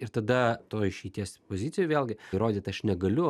ir tada toj išeities pozicijoj vėlgi įrodyt aš negaliu